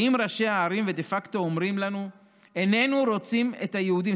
באים ראשי הערים ודה פקטו אומרים לנו: איננו רוצים את היהודים,